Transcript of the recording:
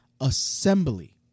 assembly